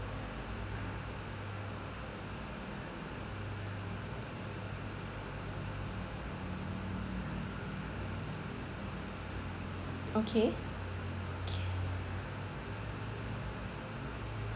okay okay